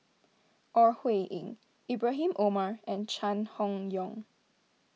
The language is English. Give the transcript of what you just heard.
Ore Huiying Ibrahim Omar and Chai Hon Yoong